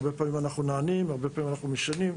הרבה פעמים אנחנו נענים והרבה פעמים אנחנו משנים,